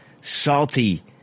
salty